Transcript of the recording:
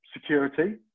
Security